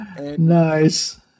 nice